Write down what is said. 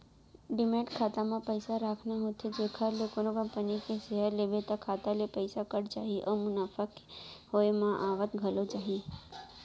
demat खाता म पइसा राखना होथे जेखर ले कोनो कंपनी के सेयर लेबे त खाता ले पइसा कट जाही अउ मुनाफा के होय म आवत घलौ जाही